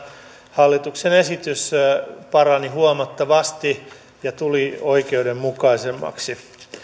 hallituksen esitys parani huomattavasti ja tuli oikeudenmukaisemmaksi täällä